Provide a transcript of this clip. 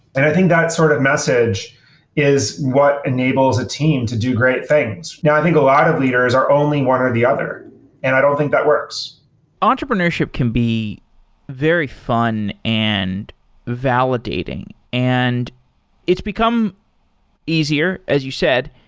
i think that sort of message is what enables a team to do great things. now i think a lot of leaders are only one or the other and i don't think that works entrepreneurship can be very fun and validating. and it's become easier, as you said.